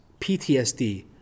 PTSD